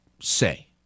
say